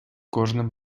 кожним